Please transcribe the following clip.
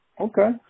Okay